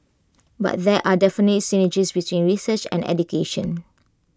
and there are definitely synergies between research and education